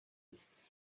nichts